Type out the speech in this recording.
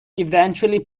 eventually